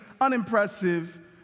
unimpressive